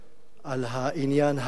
על העניין הגדול